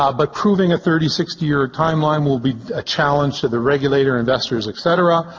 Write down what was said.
um but proving a thirty sixty year timeline will be a challenge to the regulator, investors, etc.